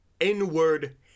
N-Word